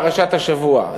פרשת השבוע,